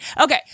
Okay